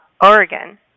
Oregon